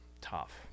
tough